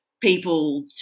people